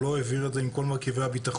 לא העביר את זה עם כל מרכיבי הביטחון.